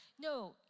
No